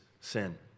sin